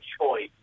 choice